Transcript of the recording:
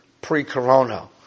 pre-corona